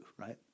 right